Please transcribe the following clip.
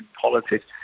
politics